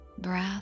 breath